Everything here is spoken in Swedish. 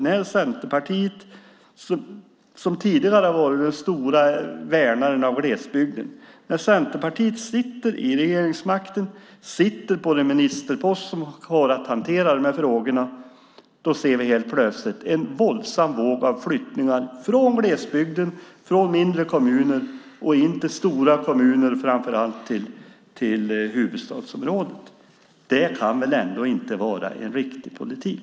När Centerpartiet, som tidigare har varit den stora värnaren av glesbygden, sitter i regeringen och på den ministerpost som har att hantera de här frågorna ser vi plötsligt en våg av flyttningar från glesbygden och mindre kommuner in till stora kommuner, framför allt huvudstadsområdet. Det kan väl ändå inte vara en riktig politik.